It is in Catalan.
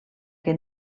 que